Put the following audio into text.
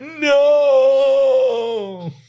No